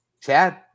Chad